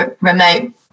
remote